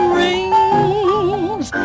rings